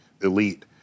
elite